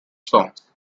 songs